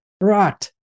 Right